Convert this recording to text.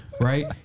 right